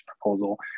proposal